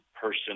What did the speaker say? person